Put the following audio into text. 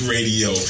Radio